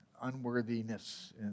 unworthiness